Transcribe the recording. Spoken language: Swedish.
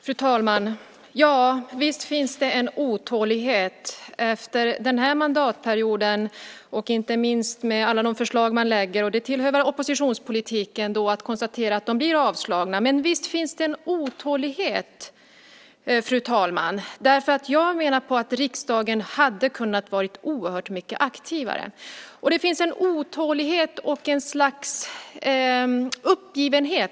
Fru talman! Ja, visst finns det en otålighet efter den här mandatperioden, inte minst när det gäller alla de förslag som man lägger fram. Det tillhör väl oppositionspolitiken att konstatera att de blir avslagna. Visst finns det en otålighet, fru talman. Jag menar att riksdagen hade kunnat vara oerhört mycket aktivare. Det finns en otålighet och ett slags uppgivenhet.